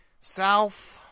South